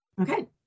Okay